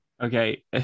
Okay